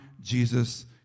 Jesus